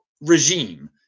regime